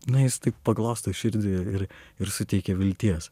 nu jis taip paglosto širdį ir ir suteikia vilties